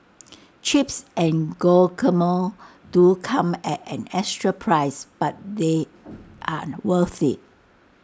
chips and guacamole do come at an extra price but they're worth IT